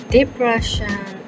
Depression